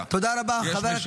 אין פה אופוזיציה,